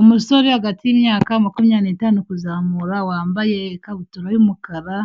Umusore uri hagati y'imyaka makumyabiri n'itanu kuzamura, wambaye ikabutura y'umukara,